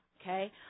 okay